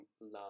love